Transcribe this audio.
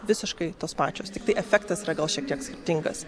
visiškai tos pačios tiktai efektas yra gal šiek tiek skirtingas